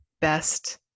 best